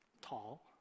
tall